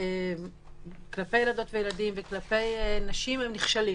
כלפי ילדות וילדים וכלפי נשים נכשלים